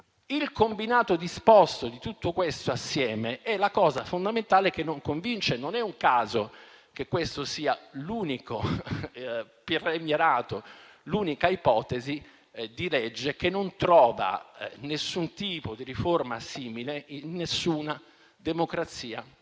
Il combinato disposto di tutto questo assieme è la cosa fondamentale che non convince. Non è un caso che questo sia l'unico premierato, l'unica ipotesi di legge che non trova nessun tipo di riforma simile in nessuna democrazia